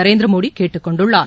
நரேந்திரமோடி கேட்டுக் கொண்டுள்ளார்